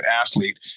athlete